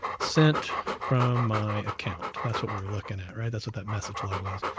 sent from my account. that's what we were looking at, right? that's what that message log was,